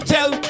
Tell